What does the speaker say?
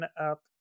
up